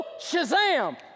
shazam